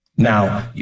Now